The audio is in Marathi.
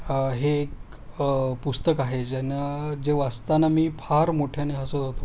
हे एक पुस्तक आहे ज्यानं जे वाचताना मी फार मोठ्याने हसत होतो